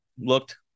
looked